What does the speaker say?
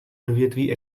odvětví